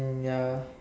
ya